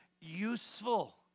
Useful